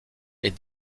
est